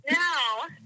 now